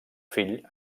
fill